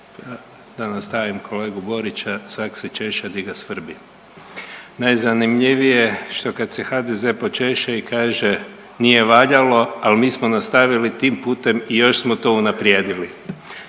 Da nastavim kolegu Borića, „svak se češe gdje ga svrbi“. Najzanimljivije je što kad se HDZ-e počeše i kaže nije valjalo ali mi smo nastavili tim putem i još smo to unaprijedili,